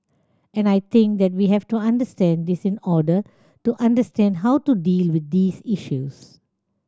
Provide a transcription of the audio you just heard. and I think that we have to understand this in order to understand how to deal with these issues